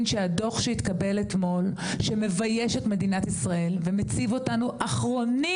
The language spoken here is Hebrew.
שהדוח שהתקבל אתמול שמבייש את מדינת ישראל ומציב אותנו אחרונים,